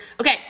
Okay